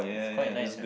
it's quite nice ah